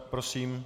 Prosím.